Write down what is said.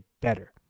better